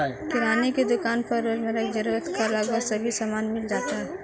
किराने की दुकान पर रोजमर्रा की जरूरत का लगभग सभी सामान मिल जाता है